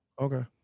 Okay